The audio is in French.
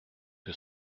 que